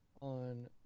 on